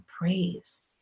praise